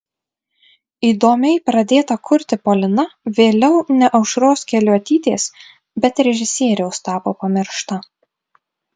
įdomiai pradėta kurti polina vėliau ne aušros keliuotytės bet režisieriaus tapo pamiršta